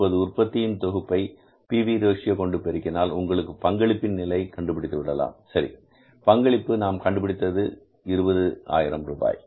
இப்போது உற்பத்தியின் தொகுப்பை பிவி ரேஷியோ கொண்டு பெருக்கினால் உங்களுக்கு பங்களிப்பின் நிலை கண்டுபிடித்துவிடலாம் சரி பங்களிப்பு நாம் கண்டு பிடித்து வைத்தது 20000